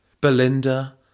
Belinda